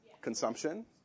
Consumption